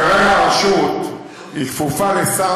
כרגע הרשות כפופה לשר